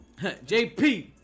JP